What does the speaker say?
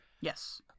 Yes